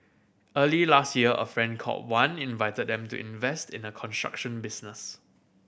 early last year a friend called Wan invited them to invest in a construction business